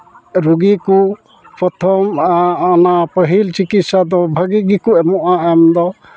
ᱨᱩᱜᱤ ᱠᱚ ᱯᱨᱚᱛᱷᱚᱢ ᱚᱱᱟ ᱯᱟᱹᱦᱤᱞ ᱪᱤᱠᱤᱛᱥᱟ ᱫᱚ ᱵᱷᱟᱹᱜᱤ ᱜᱮᱠᱚ ᱮᱢᱚᱜᱼᱟ ᱮᱢ ᱫᱚ